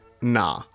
nah